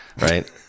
right